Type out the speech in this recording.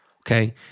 Okay